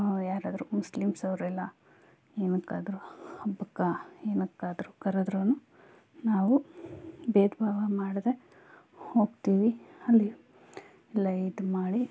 ಯಾರಾದರು ಮುಸ್ಲಿಮ್ಸ್ ಅವರೆಲ್ಲ ಏನಕ್ಕಾದರು ಹಬ್ಬಕ್ಕೆ ಏನಕ್ಕಾದರು ಕರೆದ್ರೂ ನಾವು ಬೇಧ ಭಾವ ಮಾಡದೇ ಹೋಗ್ತೀವಿ ಅಲ್ಲಿ ಎಲ್ಲ ಇದು ಮಾಡಿ